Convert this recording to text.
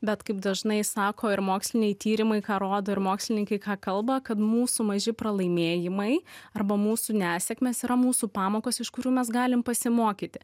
bet kaip dažnai sako ir moksliniai tyrimai ką rodo ir mokslininkai ką kalba kad mūsų maži pralaimėjimai arba mūsų nesėkmės yra mūsų pamokos iš kurių mes galim pasimokyti